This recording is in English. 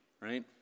right